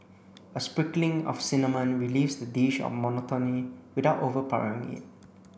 a sprinkling of cinnamon relieves the dish of monotony without overpowering it